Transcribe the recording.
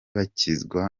bakizwa